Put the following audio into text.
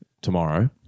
tomorrow